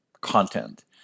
content